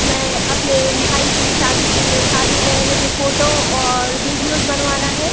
मैं अपने भाई की शादी के शादी में मुझे फ़ोटो और वीडिओज़ बनवाना हे